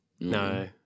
no